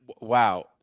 wow